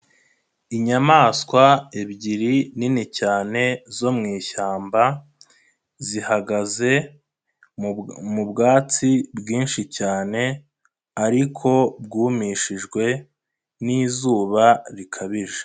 Inyamaswa ebyiri nini cyane zo mwishyamba, zihagaze mu bwatsi bwinshi cyane ariko bwumishijwe n'izuba rikabije.